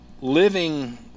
living